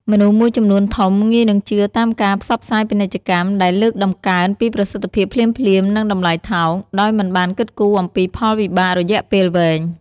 មនុស្សមួយចំនួនធំ ងាយនឹងជឿតាមការផ្សព្វផ្សាយពាណិជ្ជកម្មដែលលើកតម្កើងពីប្រសិទ្ធភាពភ្លាមៗ និងតម្លៃថោក ដោយមិនបានគិតគូរអំពីផលវិបាករយៈពេលវែង។